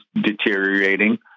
deteriorating